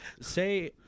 Say